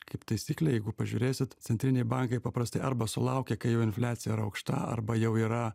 kaip taisyklė jeigu pažiūrėsit centriniai bankai paprastai arba sulaukia kai jau infliacija yra aukšta arba jau yra